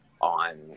on